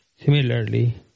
Similarly